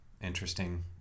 interesting